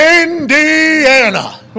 Indiana